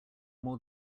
more